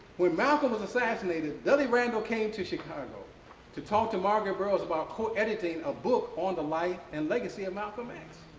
when malcolm was assassinated, dudley randall came to chicago to talk to margaret burroughs about co-editing a book on the life and legacy of malcolm x,